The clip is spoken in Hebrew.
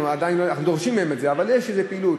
אנחנו דורשים את זה מהם, אבל יש איזושהי פעילות.